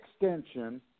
extension